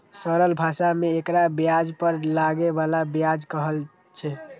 सरल भाषा मे एकरा ब्याज पर लागै बला ब्याज कहल छै